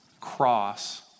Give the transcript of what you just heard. cross